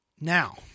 Now